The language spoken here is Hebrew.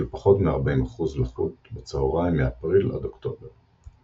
פחות מ-40% לחות בצהריים מאפריל עד אוקטובר.